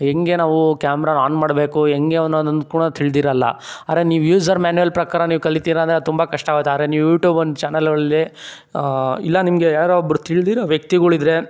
ಹೇಗೆ ನಾವು ಕ್ಯಾಮ್ರನ ಆನ್ ಮಾಡಬೇಕು ಹೆಂಗೆ ಕೂಡ ತಿಳಿದಿರಲ್ಲ ಆರೆ ನೀವು ಯೂಸರ್ ಮ್ಯಾನುವಲ್ ಪ್ರಕಾರ ನೀವು ಕಲಿತೀರ ಅಂದರೆ ಅದು ತುಂಬ ಕಷ್ಟವಾಗುತ್ತೆ ಆದರೆ ನೀವು ಯೂಟೂಬ್ ಒಂದು ಚಾನಲಲ್ಲಿ ಇಲ್ಲ ನಿಮಗೆ ಯಾರೋ ಒಬ್ಬರು ತಿಳಿದಿರೊ ವ್ಯಕ್ತಿಗಳಿದ್ರೆ